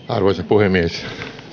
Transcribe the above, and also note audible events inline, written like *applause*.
*unintelligible* arvoisa puhemies